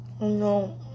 no